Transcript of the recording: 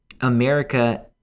America